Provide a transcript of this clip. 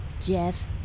Jeff